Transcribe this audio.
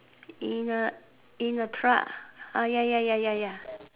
in a in a truck ah ya ya ya ya ya